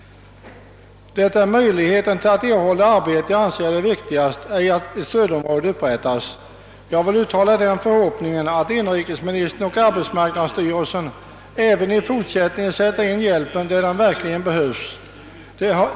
Jag anser det viktigaste vara att bereda arbetsmöjligheter, inte att upprätta ett stödområde. Jag vill uttala förhoppningen att inrikesministern och arbetsmarknadsstyrelsen även i fortsättningen sätter in hjälpen där den bäst behövs.